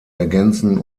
ergänzen